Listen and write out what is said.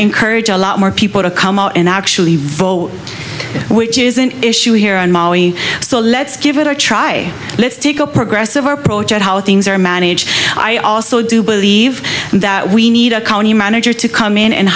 encourage a lot more people to come out and actually vote which is an issue here on maui so let's give it a try let's take a progressive our project how things are managed i also do believe that we need a county manager to come in and